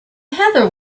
heather